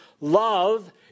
love